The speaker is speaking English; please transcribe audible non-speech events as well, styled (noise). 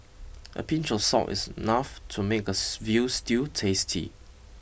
a pinch of salt is enough to make a (unintelligible) veal stew tasty